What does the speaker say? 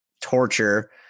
torture